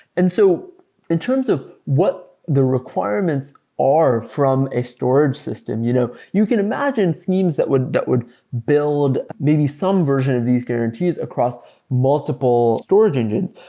and so in terms of what the requirements are from a storage system, you know you can imagine schemes that would that would build maybe some version of these guarantees across multiple storage engines.